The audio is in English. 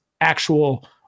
actual